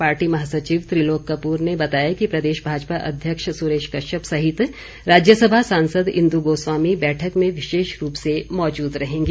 party महासचिव त्रिलोक कपूर ने बताया कि प्रदेश भाजपा अध्यक्ष सुरेश कश्यप सहित राज्यसभा सांसद इंदु गोस्वामी बैठक में विशेष रूप से मौजूद रहेंगी